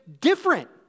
different